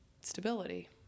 stability